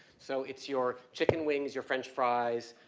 so its your chicken wings, your french fries,